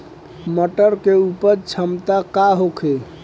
मटर के उपज क्षमता का होखे?